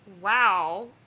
wow